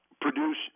produce